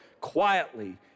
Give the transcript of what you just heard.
quietly